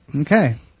Okay